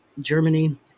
Germany